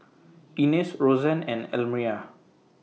Inez Roseann and Elmyra